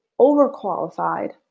overqualified